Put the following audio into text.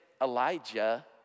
Elijah